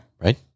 Right